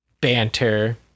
banter